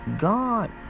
God